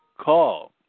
call